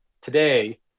Today